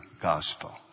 gospel